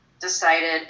decided